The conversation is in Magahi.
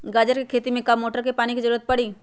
गाजर के खेती में का मोटर के पानी के ज़रूरत परी?